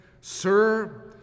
Sir